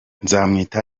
nzamwita